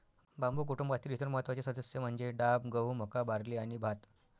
बांबू कुटुंबातील इतर महत्त्वाचे सदस्य म्हणजे डाब, गहू, मका, बार्ली आणि भात